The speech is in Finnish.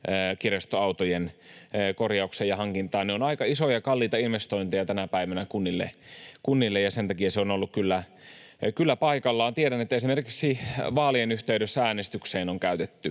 kirjastoautojen korjaukseen ja hankintaan. Ne ovat aika isoja, kalliita investointeja tänä päivänä kunnille, ja sen takia se on ollut kyllä paikallaan. Tiedän esimerkiksi, että vaalien yhteydessä äänestysmahdollisuus